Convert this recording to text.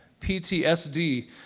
PTSD